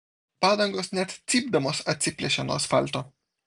padangos net cypdamos atsiplėšė nuo asfalto